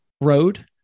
road